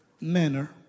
manner